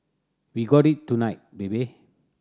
we got it tonight baby